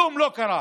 כלום לא קרה.